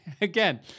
again